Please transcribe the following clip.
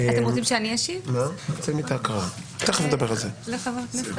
אתם רוצים שאני אשיב לחבר הכנסת אלמוג כהן?